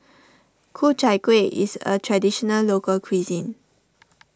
Ku Chai Kueh is a Traditional Local Cuisine